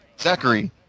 Zachary